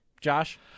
josh